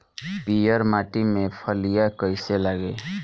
पीयर माटी में फलियां कइसे लागी?